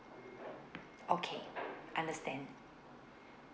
okay understand